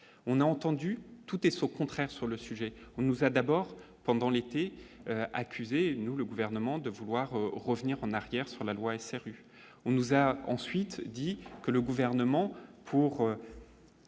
on a entendu tout et son contraire sur le sujet, on nous a d'abord pendant l'été, accusé une ou le gouvernement de vouloir revenir en arrière sur la loi SRU, on nous a ensuite dit que le gouvernement pour